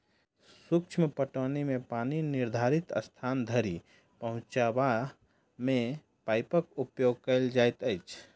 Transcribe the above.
सूक्ष्म पटौनी मे पानि निर्धारित स्थान धरि पहुँचयबा मे पाइपक उपयोग कयल जाइत अछि